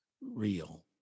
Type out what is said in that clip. real